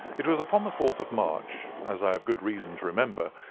it was upon the fourth of march, as i have good reason to remember,